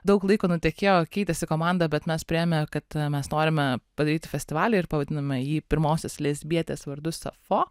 daug laiko nutekėjo keitėsi komanda bet mes priėmėm kad mes norime padaryti festivalį ir pavadinome jį pirmosios lesbietės vardu sapfo